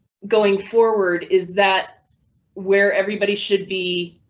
going forward is that where everybody should be,